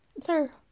sir